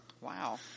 Wow